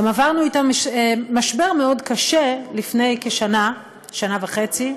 גם עברנו אתם משבר קשה מאוד לפני כשנה, שנה וחצי.